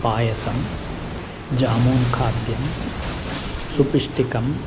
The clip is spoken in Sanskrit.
पायसं जामून् खाद्यं सुपिष्टिकम्